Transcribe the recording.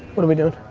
what are we doing?